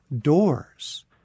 doors